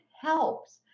helps